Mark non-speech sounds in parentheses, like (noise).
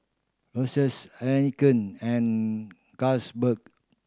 Royces Heinekein and (unintelligible)